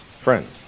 friends